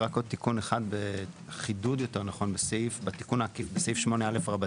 רק עוד חידוד אחד בתיקון העקיף בסעיף 8א(א)(2).